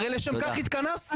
הרי לשם כך התכנסנו.